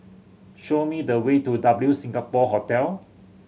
show me the way to W Singapore Hotel